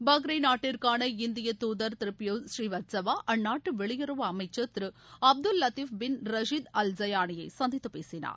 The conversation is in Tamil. பஹ்ரைன் நாட்டிற்கான இந்திய தூதர் திரு பியூஸ் ஸ்ரீவஸ்தவா அந்நாட்டு வெளியுறவு அமைமச்சர் திரு Abdul Latif bin Rashid Al சயானியை சந்தித்து பேசினார்